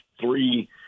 three